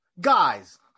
Guys